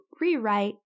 rewrite